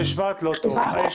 אתה